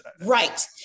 Right